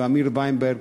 ואמיר וינברג,